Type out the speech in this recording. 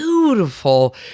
beautiful